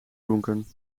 ronken